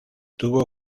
tuvo